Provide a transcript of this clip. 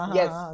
yes